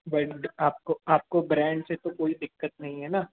but आपको आपको brand से तो कोई दिक्कत नहीं है न